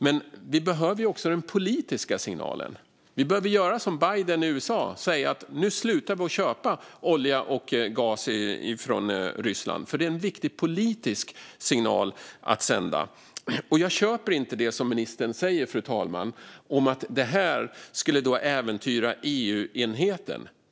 Men vi behöver också den politiska signalen. Vi behöver göra som Biden i USA och säga: Nu slutar vi köpa olja och gas från Ryssland! Det är en viktig politisk signal. Jag köper inte det som ministern säger om att detta skulle äventyra EU-enheten.